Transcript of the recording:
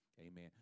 Amen